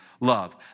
love